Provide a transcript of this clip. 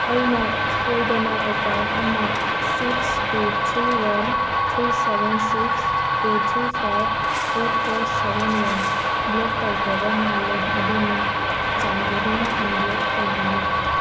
ꯑꯩꯅ ꯁꯣꯏꯗꯅ ꯑꯦꯀꯥꯎꯟ ꯑꯃ six two three one three seven six two three five eight four seven one block ꯇꯧꯈ꯭ꯔꯕ ꯃꯥꯂꯦ ꯑꯗꯨꯅ ꯆꯟꯕꯤꯗꯨꯅ ꯑꯟꯕ꯭ꯂꯣꯛ ꯇꯧꯕꯤꯌꯨ